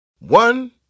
One